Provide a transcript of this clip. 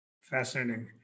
Fascinating